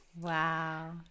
Wow